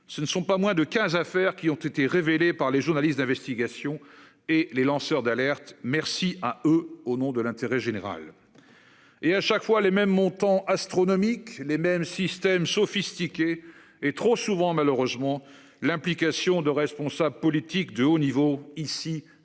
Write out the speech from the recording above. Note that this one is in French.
Ce ne sont pas moins de 15 affaires qui ont été révélées par les journalistes d'investigation et les lanceurs d'alerte. Merci à eux au nom de l'intérêt général. Et à chaque fois les mêmes montants astronomiques, les mêmes systèmes sophistiqués et trop souvent malheureusement l'implication de responsables politiques de haut niveau, ici et ailleurs.